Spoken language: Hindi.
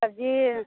सब्ज़ी